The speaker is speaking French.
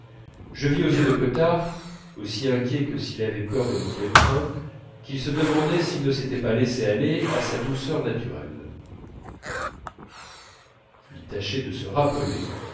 je vis aux yeux de cottard aussi inquiets que s'il avait peur de manquer le train qu'il se demandait s'il ne s'était pas laissé aller à sa douceur naturelle il tâchait de se rappeler